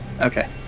Okay